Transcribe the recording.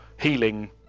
healing